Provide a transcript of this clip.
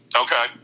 Okay